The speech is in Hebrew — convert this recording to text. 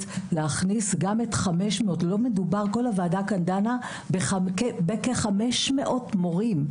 להכניס גם את 500 כל הוועדה כאן דנה בכ-500 מורים.